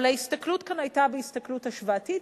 אבל ההסתכלות כאן היתה הסתכלות השוואתית,